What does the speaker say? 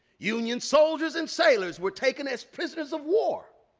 union soldiers and sailors were taken as prisoners of war